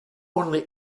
only